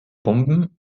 bomben